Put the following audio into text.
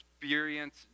experience